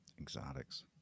exotics